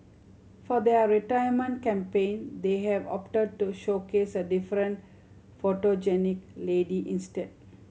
for their retirement campaign they have opted to showcase a different photogenic lady instead